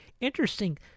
interesting